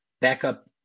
Backup